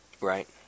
Right